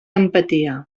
empatia